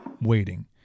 waiting